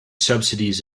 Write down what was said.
subsidies